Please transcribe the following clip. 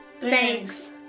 Thanks